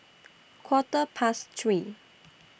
Quarter Past three